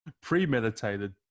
premeditated